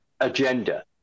agenda